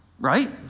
Right